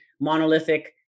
monolithic